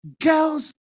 Girls